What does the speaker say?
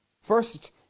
first